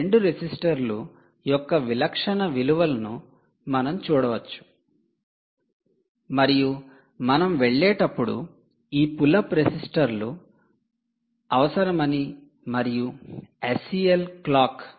ఈ 2 రెసిస్టర్ ల యొక్క విలక్షణ విలువలను మనం చూడవచ్చు మరియు మనం వెళ్లేటప్పుడు ఈ పుల్ అప్ రెసిస్టర్లు అవసరమని మరియు 'ఎస్సీఎల్' క్లాక్